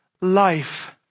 life